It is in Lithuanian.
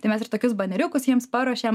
tai mes ir tokius baneriukus jiems paruošėm